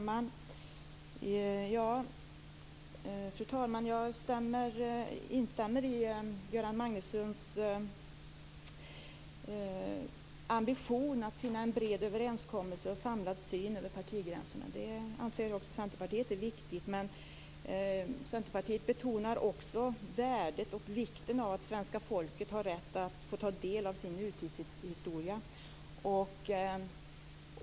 Fru talman! Jag instämmer i Göran Magnussons ambition att finna en bred överenskommelse och samlad syn över partigränserna. Det anser också Centerpartiet är viktigt. Centerpartiet betonar värdet och vikten av att svenska folket får rätt att ta del av sin nutidshistoria.